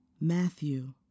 Matthew